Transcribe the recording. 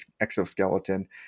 exoskeleton